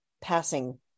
passing